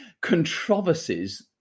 controversies